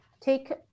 take